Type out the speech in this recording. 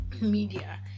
media